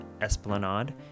esplanade